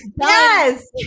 yes